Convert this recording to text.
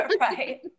right